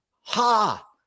ha